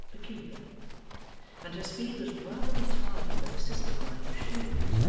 peculiar and her speed was rather retarded than assisted by her shoes,